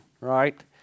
right